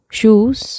shoes